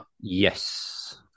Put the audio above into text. Yes